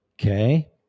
Okay